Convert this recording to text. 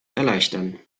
erleichtern